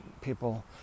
people